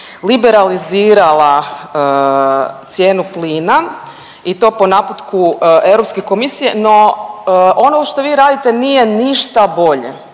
liberalizirala cijenu plina i to po naputku Europske komisije, no ono što vi radite nije ništa bolje,